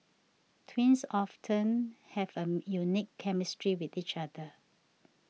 twins often have a unique chemistry with each other